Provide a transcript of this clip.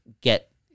get